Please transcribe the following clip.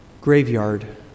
graveyard